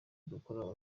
dukorera